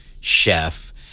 chef